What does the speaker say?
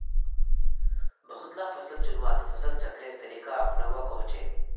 बहुत ला फसल चुन्वात फसल चक्रेर तरीका अपनुआ कोह्चे